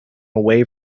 away